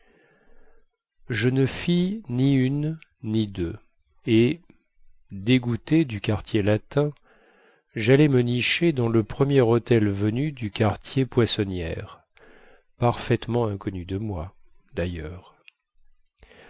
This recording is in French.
je ne fis ni une ni deux et dégoûté du quartier latin jallai me nicher dans le premier hôtel venu du quartier poissonnière parfaitement inconnu de moi dailleurs